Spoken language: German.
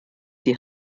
die